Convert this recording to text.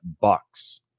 Bucks